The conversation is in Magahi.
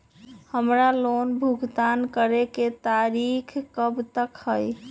हमार लोन भुगतान करे के तारीख कब तक के हई?